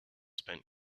spent